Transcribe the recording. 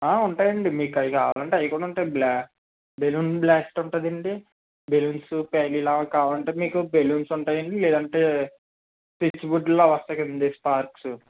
ఉంటాయండి మీకు అవి కావాలంటే అవి కూడా ఉంటాయ్ బ్ల బెలూన్ బ్లాస్ట్ ఉంటదండి బెలూన్సు పేలేలా కావాలంటే మీకు బెలూన్స్ ఉంటయండి లేదంటే చిచ్చు బుడ్డులు అవి వస్తాయి కదండి స్పార్క్సు